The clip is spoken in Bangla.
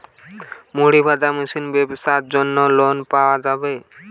মুড়ি ভাজা মেশিনের ব্যাবসার জন্য লোন পাওয়া যাবে?